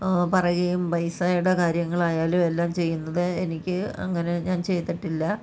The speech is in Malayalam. പറയുകയും പൈസയുടെ കാര്യങ്ങളായാലും എല്ലാം ചെയ്യുന്നത് എനിക്ക് അങ്ങനെ ഞാൻ ചെയ്തിട്ടില്ല